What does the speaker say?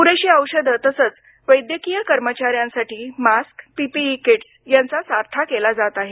पुरेशी औषधं तसंच वैद्यकीय कर्मचाऱ्यांसाठी मास्क पीपीई किट्स यांचा साठा केला जात आहे